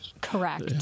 Correct